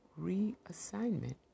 reassignment